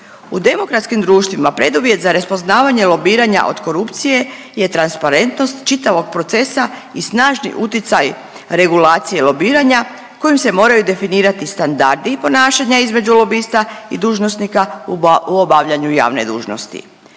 U demokratskim društvima preduvjet za raspoznavanje lobiranja od korupcije je transparentnost čitavog procesa i snažni utjecaj regulacije lobiranja kojim se moraju definirati standardi ponašanja između lobista i dužnosnika u obavljanju javne dužnosti.